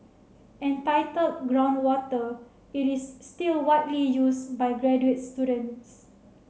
entitled Groundwater it is still widely used by graduate students